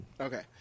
Okay